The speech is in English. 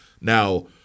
Now –